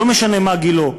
לא משנה מה גילו,